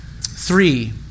three